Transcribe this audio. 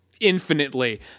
infinitely